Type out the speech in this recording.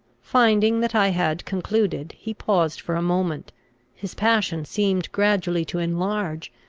finding that i had concluded, he paused for a moment his passion seemed gradually to enlarge,